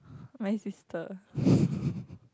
my sister